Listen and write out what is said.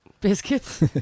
Biscuits